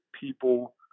people